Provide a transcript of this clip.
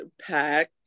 pack